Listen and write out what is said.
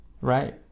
Right